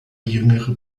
jüngere